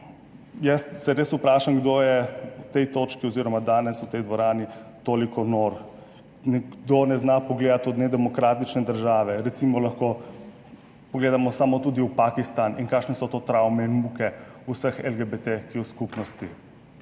jaz se res vprašam, kdo je v tej točki oziroma danes v tej dvorani toliko nor, kdor ne zna pogledati v nedemokratične države. Lahko pogledamo tudi recimo v Pakistan in kakšne so to travme in muke vseh skupnosti